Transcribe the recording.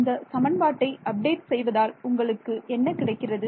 இந்த சமன்பாட்டை அப்டேட் செய்வதால் உங்களுக்கு என்ன கிடைக்கிறது